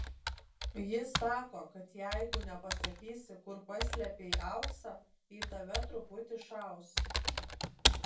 jis sako kad jeigu nepasakysi kur paslėpei auksą į tave truputį šaus